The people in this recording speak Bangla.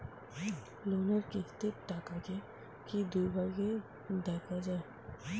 লোনের কিস্তির টাকাকে কি দুই ভাগে দেওয়া যায়?